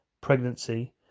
pregnancy